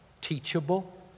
Teachable